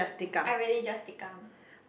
I really just tikam